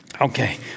Okay